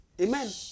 Amen